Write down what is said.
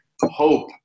hope